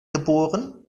geboren